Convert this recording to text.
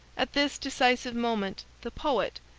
at this decisive moment the poet,